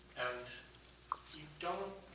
and you don't